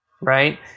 Right